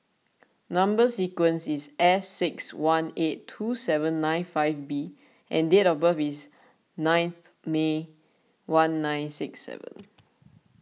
Number Sequence is S six one eight two seven nine five B and date of birth is nine May one nine six seven